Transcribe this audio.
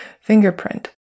fingerprint